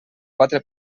quatre